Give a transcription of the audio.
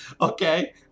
okay